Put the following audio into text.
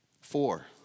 Four